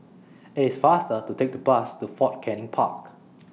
IT IS faster to Take The Bus to Fort Canning Park